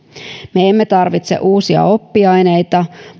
me emme tarvitse uusia oppiaineita